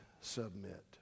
submit